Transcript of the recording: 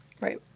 Right